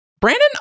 Brandon